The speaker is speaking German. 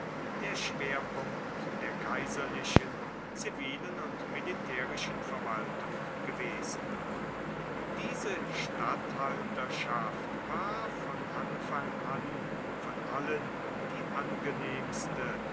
der schwerpunkt der kaiserlichen zivilen und militärischen verwaltung gewesen diese statthalterschaft war von anfang an von allen die angenehmste